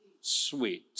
sweet